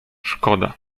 szkoda